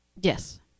Yes